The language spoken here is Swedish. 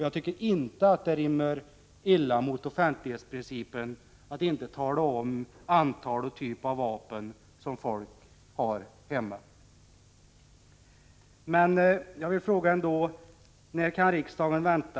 Jag tycker inte att det strider mot offentlighetsprincipen att inte tala om antal och typ av vapen som folk har hemma.